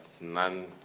none